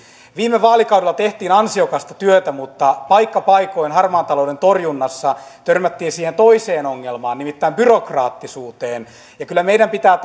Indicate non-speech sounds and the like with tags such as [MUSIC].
viime vaalikaudella tehtiin ansiokasta työtä mutta paikka paikoin harmaan talouden torjunnassa törmättiin siihen toiseen ongelmaan nimittäin byrokraattisuuteen kyllä meidän pitää [UNINTELLIGIBLE]